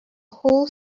whole